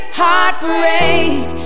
heartbreak